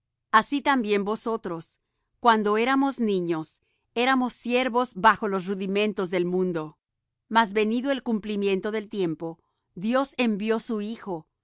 así también nosotros cuando éramos niños éramos siervos bajo los rudimentos del mundo mas venido el cumplimiento del tiempo dios envió su hijo